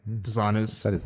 designers